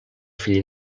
fill